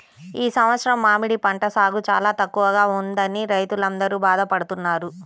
ఈ సంవత్సరం మామిడి పంట సాగు చాలా తక్కువగా ఉన్నదని రైతులందరూ బాధ పడుతున్నారు